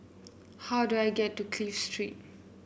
how do I get to Clive Street